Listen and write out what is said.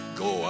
go